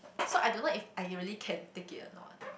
so I don't know if I really can take it a not